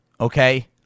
Okay